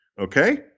okay